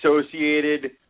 associated